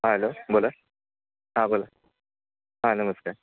हां हॅलो बोला हां बोला हां नमस्कार